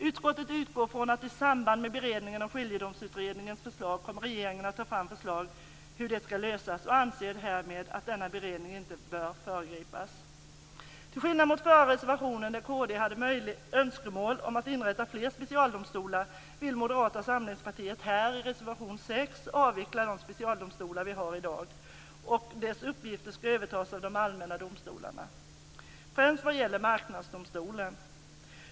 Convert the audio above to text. Utskottet utgår från att regeringen i samband med beredningen av Skiljedomsutredningens förslag kommer att ta fram förslag till hur detta skall lösas och anser härmed att denna beredning inte bör föregripas. Till skillnad mot Kristdemokraterna, som i reservation 5 har önskemål om att inrätta fler specialdomstolar, vill Moderata samlingspartiet i reservation 6 avveckla de specialdomstolar vi har i dag och att deras uppgifter skall övertas av de allmänna domstolarna, främst vad gäller Marknadsdomstolen.